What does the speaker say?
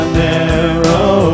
narrow